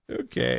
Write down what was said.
Okay